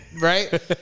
Right